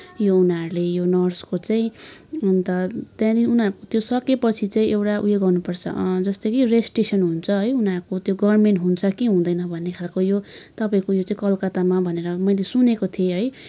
यो उनीहरूले यो नर्सको चाहिँ अन्त त्यहाँदेखि त्यो सकिएपछि चाहिँ एउटा उयो गर्नुपर्छ जस्तो कि रेजिस्ट्रेसन हुन्छ है उनीहरूको त्यो गभर्मेन्ट हुन्छ कि हुँदैन भन्ने खालको यो तपाईँको यो चाहिँ कलकत्तामा भनेर मैले सुनेको थिएँ है